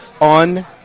On